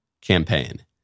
campaign